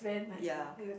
ya